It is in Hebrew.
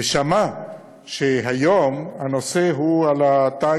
ושמע שהנושא היום הוא התאגיד.